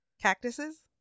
Cactuses